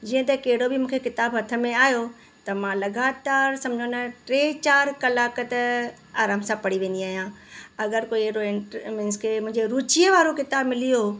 जीअं त कहिड़ो बि मूंखे किताब हथ में आयो त मां लगातार सम्झि उनजा टे चारि कलाक त आराम सां पढ़ी वेंदी आहियां अगरि कोइ अहिड़ो इंट मींस की मुंहिंजी रुचीअ वारो किताब मिली वियो